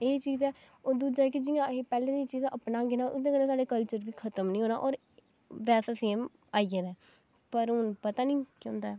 एह् चीज ऐ होर दूजा ऐ कि जि'यां असें पैह्लें दी चीज अपनागे ना ते इ'यां कदें साढ़ा कल्चर बी खत्म निं होना वैसा सेम आई जाना पर हून पता निं केह् होंदा ऐ